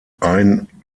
ein